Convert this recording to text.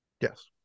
Yes